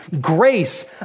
grace